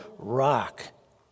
rock